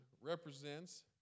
represents